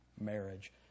marriage